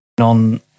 on